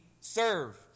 serve